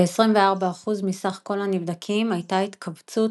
ב-24% מסך כל הנבדקים הייתה התכווצות